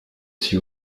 s’y